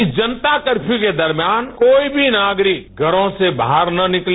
इस जनता कर्फ्यू के दरम्यान कोई भी नागरिक घरों से बाहर ना निकले